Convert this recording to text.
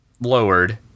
lowered